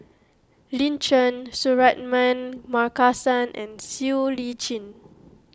Lin Chen Suratman Markasan and Siow Lee Chin